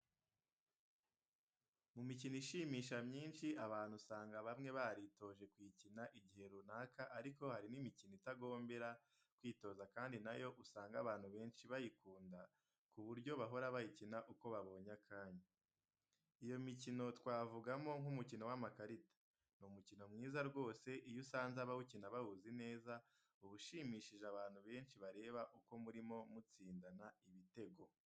Mu mikino ishimisha myinshi abantu uba usanga bamwe baritoje kuyikina igihe runaka ariko hari n'imikino itagombera kwitoza kandi nayo usanga abantu benshi bayikunda ku buryo bahora bayikina uko babonye akanya. Iyo mikino twavugamo nk'umukino w'amakarita, ni umukino mwiza rwose iyo usanze abawukina bawuzi neza uba ushimishije abantu benshi bareba uko murimo mutsindana ibitego.